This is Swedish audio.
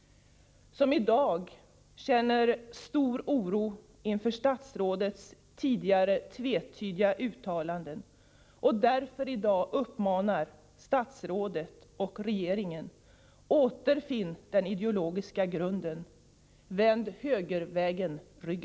— som i dag känner stor oro inför statsrådets tidigare tvetydiga uttalanden och därför i dag uppmanar statsrådet och regeringen: —- återfinn den ideologiska grunden >— vänd högervägen ryggen!